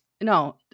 no